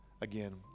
again